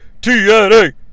TNA